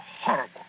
horrible